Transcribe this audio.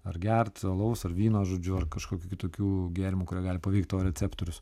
ar gert alaus ar vyno žodžiu ar kažkokių kitokių gėrimų kurie gali paveikt tavo receptorius